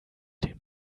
dem